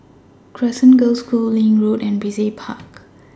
Crescent Girls' School LINK Road and Brizay Park